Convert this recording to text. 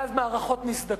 ואז מערכות נסדקות.